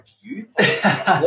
youth